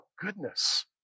goodness